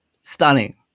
stunning